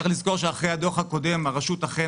צריך לזכור שאחרי הדוח הקדום הרשות אכן